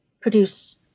produce